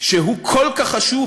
שהוא כל כך חשוב,